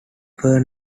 were